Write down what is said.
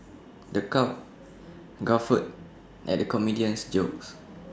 the crowd guffawed at the comedian's jokes